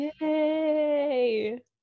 Yay